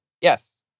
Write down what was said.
Yes